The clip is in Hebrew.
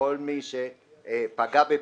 כל מי שפגע בפיגום,